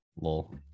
lol